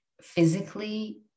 Physically